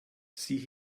sieh